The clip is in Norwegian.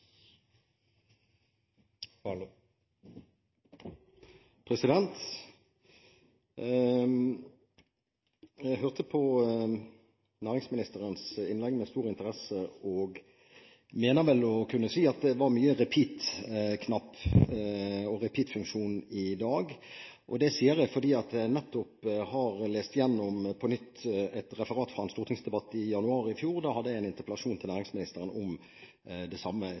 Jeg hørte på næringsministerens innlegg med stor interesse. Jeg mener å kunne si at man hadde trykket på repeat-knappen. Det sier jeg fordi jeg nettopp på nytt har lest gjennom et referat fra en stortingsdebatt i januar i fjor, da jeg hadde en interpellasjon til næringsministeren om det samme